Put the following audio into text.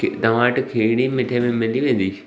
तव्हां वटि खिरणी मिठे में मिली वेंदी